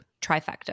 trifecta